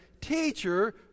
Teacher